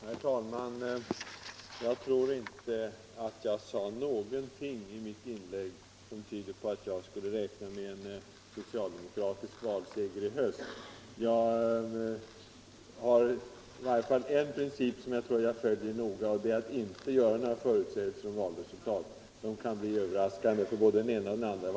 Herr talman! Jag tror inte att jag i mitt inlägg sade någonting som tyder på att jag skulle räkna med en socialdemokratisk valseger i höst. Jag har 2n princip som jag noga följer, nämligen att jag inte gör några förutsägelser om valresultat. Det kan bli överraskande för både den ena och den andra.